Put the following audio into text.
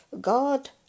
God